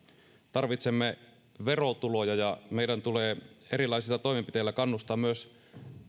tarvitsemme verotuloja ja meidän tulee erilaisilla toimenpiteillä kannustaa myös